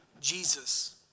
Jesus